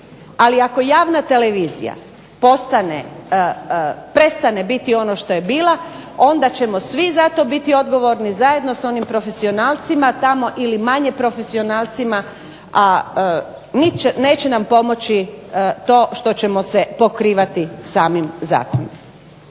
ali ako javna televizija postane, prestane biti ono što je bila, onda ćemo svi za to biti odgovorni, zajedno sa onim profesionalcima tamo ili manje profesionalcima, a neće nam pomoći to što ćemo se pokrivati samim zakonom.